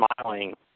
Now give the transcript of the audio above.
smiling